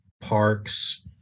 parks